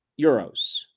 euros